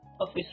office